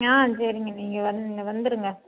ஆ சரிங்க நீங்கள் வந்து நீங்கள் வந்துடுங்க